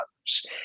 others